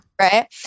right